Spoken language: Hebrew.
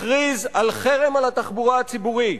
הכריז חרם על התחבורה הציבורית,